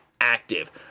active